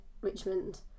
Richmond